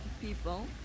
people